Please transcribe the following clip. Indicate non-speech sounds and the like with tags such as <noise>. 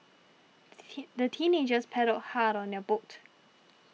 <unintelligible> the teenagers paddled hard on their boat